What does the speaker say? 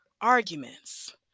arguments